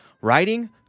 writing